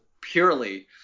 purely